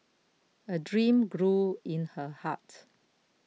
a dream grew in her heart